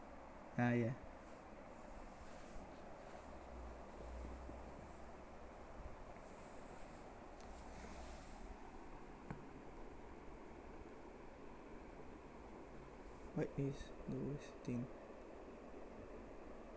ah yah what is the worst thing